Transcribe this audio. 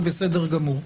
זה בסדר גמור.